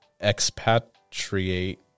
expatriate